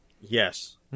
Yes